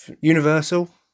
Universal